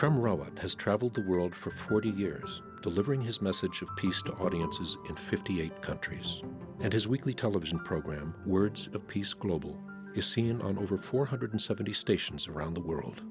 from robert has traveled the world for forty years delivering his message of peace to audiences in fifty eight countries and his weekly television program words of peace global you seen on over four hundred seventy stations around the world